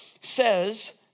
says